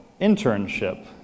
internship